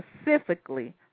specifically